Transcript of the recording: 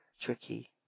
tricky